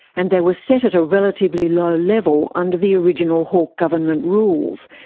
and they were set at a relatively low level under the original hawke government rules.